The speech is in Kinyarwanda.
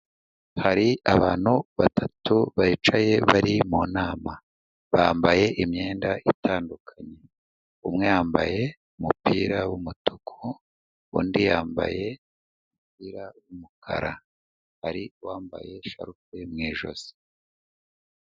Hari abantu batatu bicaye bari mu nama, bambaye imyenda itandukanye umwe yambaye umupira w'umutuku, undi yambaye umupira w'umukara hari uwambaye sharupe mu ijosi.